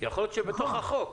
יכול להיות בתוך החוק.